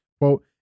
quote